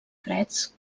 freds